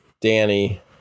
Danny